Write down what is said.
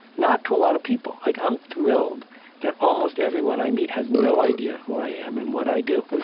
not to a lot of people. i'm thrilled that almost everyone i meet has no idea who i am and what i do.